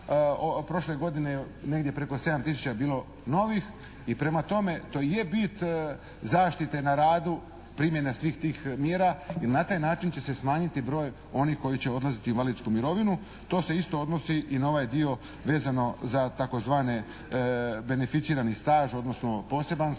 Prošle godine je negdje preko 7 tisuća bilo novih i prema tome to je bit zaštite na radu, primjena svih tih mjera, jer na taj način će se smanjiti broj onih koji će odlaziti u invalidsku mirovinu. To se isto odnosi i na ovaj dio vezano za tzv. beneficirani staž, odnosno poseban staž.